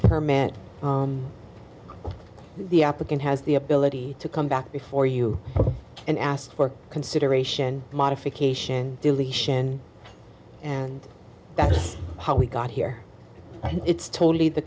man the applicant has the ability to come back before you and ask for consideration modification deletion and that's how we got here it's totally the